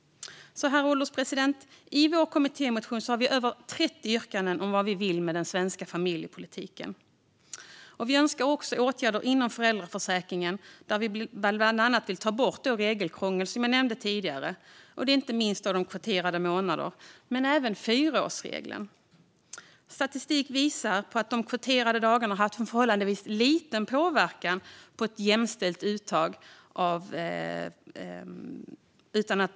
Herr ålderspresident! I vår kommittémotion har vi över 30 yrkanden om vad vi vill med den svenska familjepolitiken. Vi önskar också åtgärder inom föräldraförsäkringen, där vi bland annat vill ta bort regelkrångel, som jag nämnde tidigare. Det gäller inte minst de kvoterade månaderna, men det gäller även fyraårsregeln. Statistik visar att de kvoterade dagarna har haft förhållandevis liten påverkan på ett jämställt uttag.